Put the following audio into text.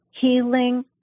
healing